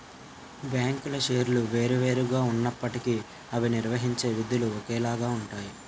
బ్యాంకుల పేర్లు వేరు వేరు గా ఉన్నప్పటికీ అవి నిర్వహించే విధులు ఒకేలాగా ఉంటాయి